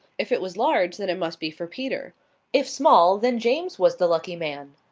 if it was large, then it must be for peter if small, then james was the lucky man.